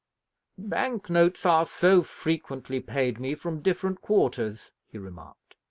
bank-notes are so frequently paid me from different quarters, he remarked.